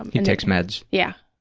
um he takes meds. yeah.